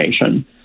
information